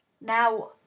now